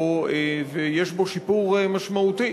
ויש בו שיפור משמעותי,